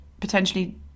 potentially